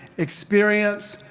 experience,